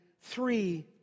three